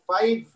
five